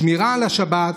שמירה על השבת,